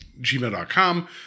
gmail.com